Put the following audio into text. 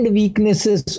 weaknesses